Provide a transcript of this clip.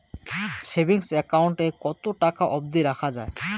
Savings account এ কতো টাকা অব্দি রাখা যায়?